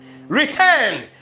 Return